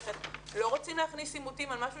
אנחנו לא רוצים להכניס עימותים על משהו